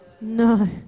No